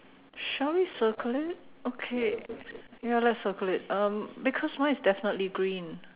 shall we circle it okay ya let's circle it um because mine is definitely green